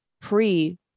pre